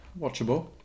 Watchable